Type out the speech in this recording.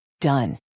Done